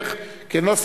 אני מאוד מודה לך.